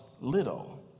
little